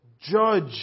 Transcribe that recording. judge